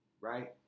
right